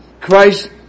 Christ